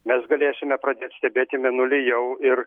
mes galėsime pradėt stebėti mėnulį jau ir